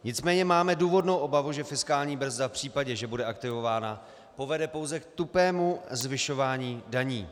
Nicméně máme důvodnou obavu, že fiskální brzda v případě, že bude aktivována, povede pouze k tupému zvyšování daní.